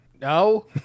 No